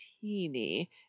teeny